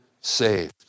saved